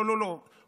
לא, לא, לא.